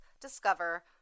discover